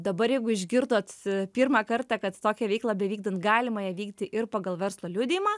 dabar jeigu išgirdot pirmą kartą kad tokią veiklą bevykdant galima ją vykdyti ir pagal verslo liudijimą